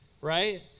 right